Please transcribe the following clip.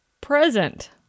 Present